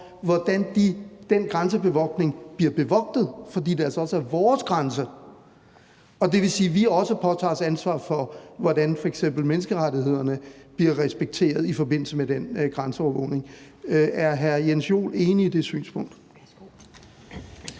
hvordan den grænsebevogtning foregår, fordi det altså også er vores grænse, hvilket vil sige, at vi også påtager os et ansvar for, hvordan f.eks. menneskerettighederne bliver respekteret i forbindelse med den grænseovervågning. Er hr. Jens Joel enig i det synspunkt?